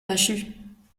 machut